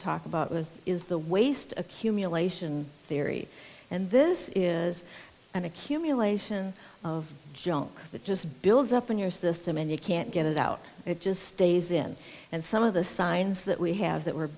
talk about was is the waste accumulation theory and this is an accumulation of junk that just builds up in your system and you can't get it out it just stays in and some of the signs that we have that we're